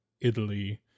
Italy